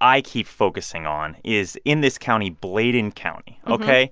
i keep focusing on is in this county bladen county, ok?